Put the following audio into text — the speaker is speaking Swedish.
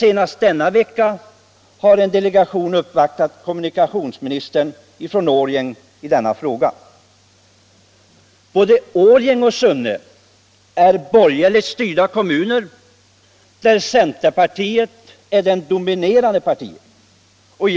Senast denna vecka har en delegation från Årjäng uppvaktat kommunikationsministern i saken. Både Årjäng och Sunne är borgerligt styrda kommuner, där centerpartiet är det dominerande partiet.